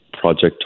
project